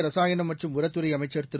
ரசாயனம் மற்றும் உரத்துறை அமைச்சர் திரு